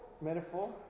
metaphor